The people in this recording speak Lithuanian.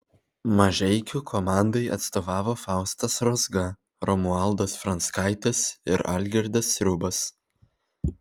mažeikių komandai atstovavo faustas rozga romualdas franckaitis ir algirdas sriubas